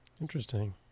Interesting